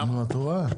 נו, את רואה.